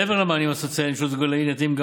מעבר למענים הסוציאליים שהוצגו לעיל ניתנים גם